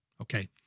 Okay